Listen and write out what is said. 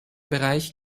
bereich